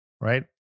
Right